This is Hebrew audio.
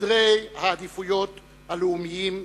בסדרי העדיפויות הלאומיים שלנו.